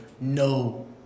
No